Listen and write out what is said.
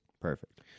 Perfect